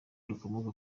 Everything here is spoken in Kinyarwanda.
rikomoka